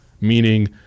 Meaning